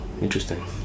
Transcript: Interesting